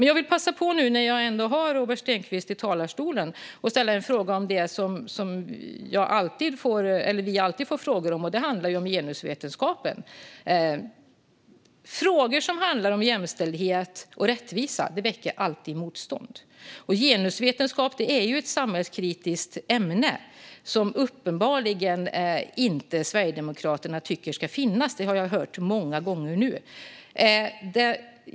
Jag vill passa på nu när jag har Robert Stenkvist i talarstolen och ställa en fråga om det som vi alltid får frågor om. Det handlar om genusvetenskapen. Frågor som handlar om jämställdhet och rättvisa väcker alltid motstånd. Genusvetenskap är ett samhällskritiskt ämne som Sverigedemokraterna uppenbarligen tycker inte ska finnas. Det har jag hört många gånger nu.